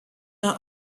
are